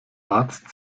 arzt